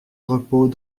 repos